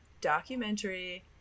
documentary